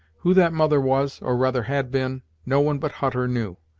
who that mother was, or rather had been, no one but hutter knew.